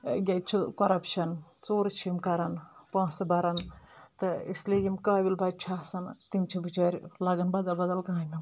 ییٚتہِ چھُ کۄرَپشَن ژوٗرٕ چھِ یِم کرَان پونٛسہٕ برَان تہٕ اسِلیے یِم قٲبِل بَچہِ چھِ آسَان تِم چھِ بِچٲرۍ لَگان بَدل بَدل کامِٮ۪ن کُن